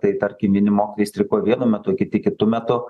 tai tarkim vieni mokyojai streikuoja vienu metu kiti kitu metu